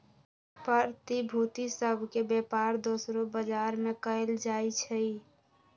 प्रतिभूति सभ के बेपार दोसरो बजार में कएल जाइ छइ